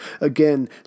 Again